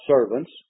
servants